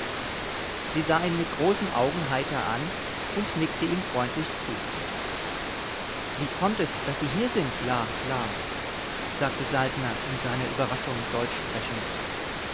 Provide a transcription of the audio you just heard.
sie sah ihn mit ihren großen augen heiter an und nickte ihm freundlich zu wie kommt es daß sie hier sind la la sagte saltner in seiner überraschung deutsch sprechend